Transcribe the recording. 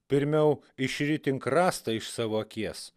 pirmiau išritink rąstą iš savo akies